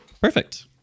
Perfect